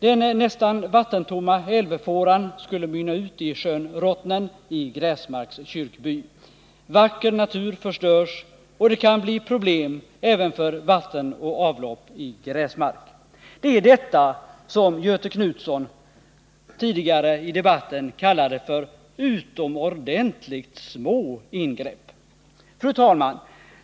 Den nästan vattentomma älvfåran skulle mynna ut i sjön Rottnen i Gräsmarks kyrkby. Vacker natur förstörs och det kan bli problem även för vatten och avlopp i Gräsmark. Det är detta som Göthe Knutson tidigare i debatten kallade för ”utomordentligt små ingrepp”. Fru talman!